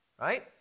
right